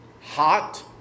Hot